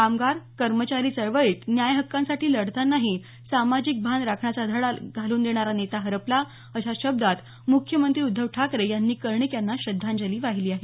कामगार कर्मचारी चळवळीत न्याय हक्कांसाठी लढतानाही सामाजिक भान राखण्याचा धडा घालून देणारा नेता हरपला अशा शब्दांत मुख्यमंत्री उद्धव ठाकरे यांनी कर्णिक यांना श्रद्धांजली वाहिली आहे